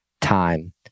time